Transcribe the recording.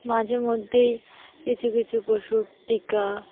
মাঝে মধ্যেই কিছু কিছু পশুর টিকা